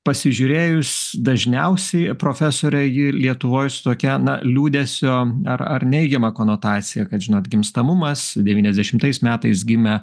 pasižiūrėjus dažniausiai profesore ji lietuvoj su tokia na liūdesio ar ar neigiama konotacija kad žinant gimstamumas devyniasdešimtais metais gimė